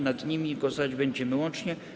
Nad nimi głosować będziemy łącznie.